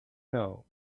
know